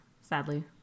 sadly